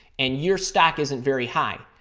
and your stack isn't very high.